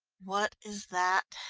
what is that?